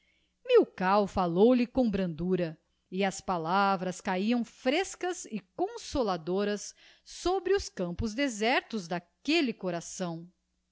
milkau falou-lhe com brandura e as palavras cahiam frescas e consoladoras sobre os campos desertos d'aquelle coração